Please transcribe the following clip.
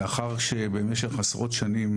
לאחר שבמשך עשרות שנים,